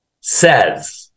says